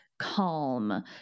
calm